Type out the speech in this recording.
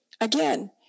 Again